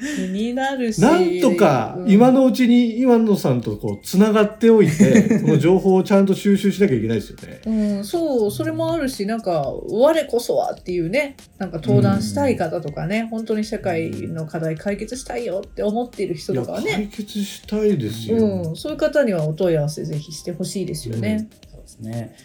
気になるし。 なんとか今のうちに岩野さんとこう繋がっておいて、 うん。 この情報をちゃんと収集しなきゃいけないですよね。うん、そう、それもあるし、なんか、我こそはっていうね、なんか登壇したい方とかね、うん。本当に社会の課題解決したいよって思っている人とかはね。いや、解決したいですよ。うん、そういう方にはお問い合わせぜひしてほしいですよね。うん。そうですね。